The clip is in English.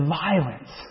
violence